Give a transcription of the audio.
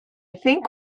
think